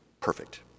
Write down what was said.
Perfect